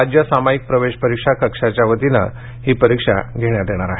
राज्य सामाईक प्रवेश परीक्षा कक्षाच्या वतीनं ही परीक्षा घेण्यात येणार आहे